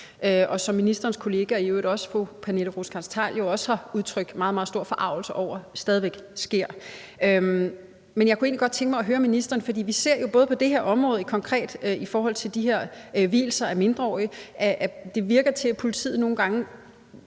og som ministerens kollega social- og boligministeren i øvrigt også har udtrykt meget, meget stor forargelse over stadig væk sker. Men jeg kunne egentlig godt tænke mig at høre ministeren om noget. Vi ser jo konkret på det her område, altså i forhold til de her vielser af mindreårige, at det lader til, at politiet nogle gange